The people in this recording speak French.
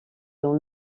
dans